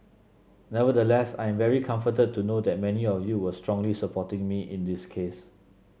nevertheless I am very comforted to know that many of you were strongly supporting me in this case